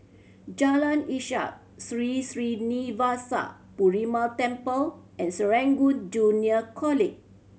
Jalan Ishak Sri Srinivasa Perumal Temple and Serangoon Junior College